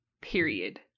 period